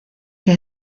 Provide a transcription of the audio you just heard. que